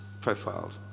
profiled